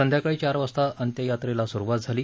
संध्याकाळी चार वाजता अंत्ययात्रेला स्रुवात झाली